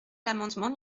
l’amendement